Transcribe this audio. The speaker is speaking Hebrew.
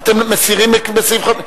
מסירה.